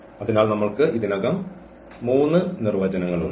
അതിനാൽ നമ്മൾക്ക് ഇതിനകം മൂന്ന് നിർവചനങ്ങൾ ഉണ്ട്